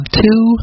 two